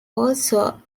also